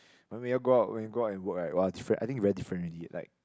but when you go out when you go out and work right [wah] different I think very different already like